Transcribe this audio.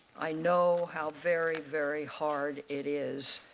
i know how very, very hard it is.